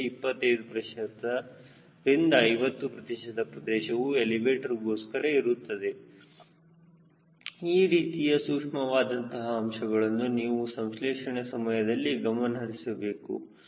ಹೀಗೆ 25ರಿಂದ 50 ಪ್ರತಿಶತ ಪ್ರದೇಶವು ಎಲಿವೇಟರ್ ಗೋಸ್ಕರ ಇರುತ್ತದೆಈ ರೀತಿಯ ಸೂಕ್ಷ್ಮವಾದಂತಹ ಅಂಶಗಳನ್ನು ನೀವು ಸಂಶ್ಲೇಷಣ ಸಮಯದಲ್ಲಿ ಗಮನಹರಿಸಬೇಕು